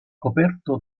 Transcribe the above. coperto